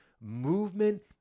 movement